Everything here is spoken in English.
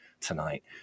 tonight